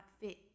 fit